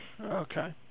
okay